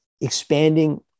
expanding